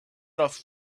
off